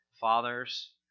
fathers